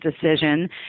decision